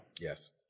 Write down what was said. Yes